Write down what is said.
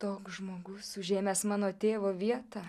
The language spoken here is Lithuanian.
toks žmogus užėmęs mano tėvo vietą